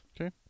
Okay